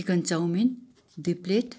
chicken chowmein दुई plate